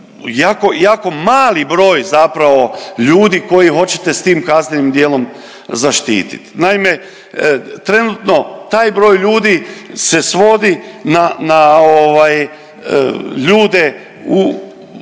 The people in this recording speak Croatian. jako mali broj zapravo ljudi koje hoćete s tim kaznenim djelom zaštititi. Naime, trenutno taj broj ljudi se svodi na ljude u